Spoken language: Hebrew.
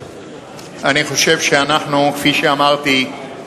אני חושב שאנחנו, כפי שאמרתי,